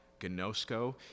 gnosko